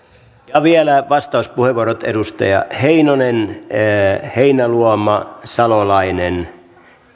ja vielä vastauspuheenvuorot edustajat heinonen heinäluoma salolainen